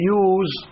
use